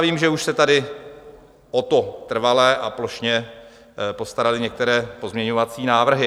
Vím, že už se tady o to trvale a plošně postaraly některé pozměňovací návrhy.